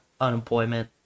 unemployment